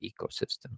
ecosystem